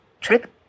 trip